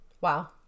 Wow